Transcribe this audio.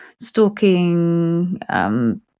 stalking